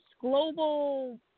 global